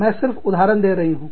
मैं सिर्फ उदाहरण दे रही हूँ